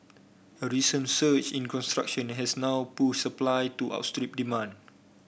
a recent surge in construction has now pushed supply to outstrip demand